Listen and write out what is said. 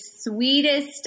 sweetest